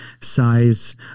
size